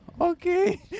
okay